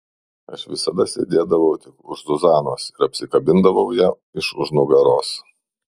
aš visada sėdėdavau tik už zuzanos ir apsikabindavau ją iš už nugaros